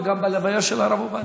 וגם בהלוויה של הרב עובדיה.